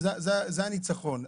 זה הניצחון.